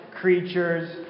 creatures